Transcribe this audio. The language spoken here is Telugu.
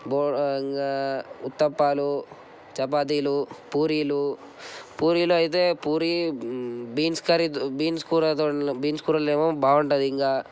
ఉతప్పాలు చపాతీలు పూరీలు పూరీలు అయితే పూరి బీన్స్ కర్రీ బీన్స్ కూర బీన్స్ కూరలో ఏమో బాగుంటుంది ఇంకా